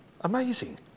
Amazing